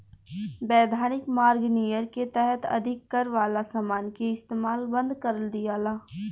वैधानिक मार्ग नियर के तहत अधिक कर वाला समान के इस्तमाल बंद कर दियाला